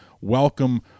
welcome